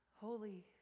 Holy